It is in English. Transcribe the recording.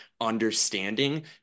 understanding